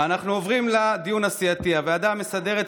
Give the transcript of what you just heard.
התייעצות סיעתית.